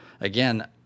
Again